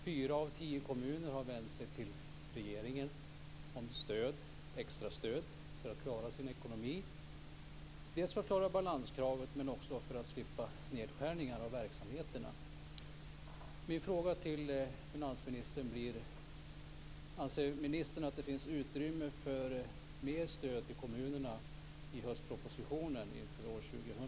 Fyra av tio kommuner har vänt sig till regeringen om extra stöd för att klara sin ekonomi. Det handlar om att klara balanskravet men också om att slippa nedskärningar av verksamheterna. Min fråga till finansministern blir: Anser ministern att det i höstpropositionen kommer att finnas utrymme för mer stöd till kommunerna inför år 2000?